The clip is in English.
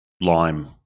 Lime